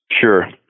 Sure